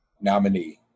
nominee